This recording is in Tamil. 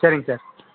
சரிங்க சார்